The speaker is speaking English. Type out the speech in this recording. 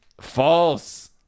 False